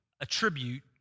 attribute